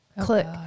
click